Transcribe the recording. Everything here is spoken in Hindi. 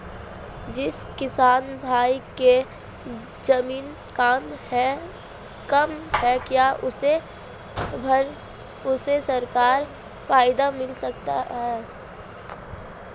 जिस किसान भाई के ज़मीन कम है क्या उसे सरकारी फायदा मिलता है?